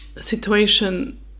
situation